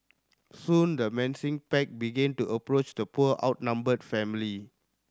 soon the menacing pack began to approach the poor outnumbered family